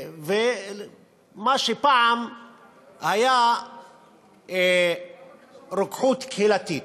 מה שפעם היה רוקחות קהילתית.